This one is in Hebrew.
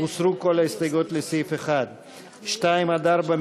הוסרו כל ההסתייגויות לסעיף 1. 2 4,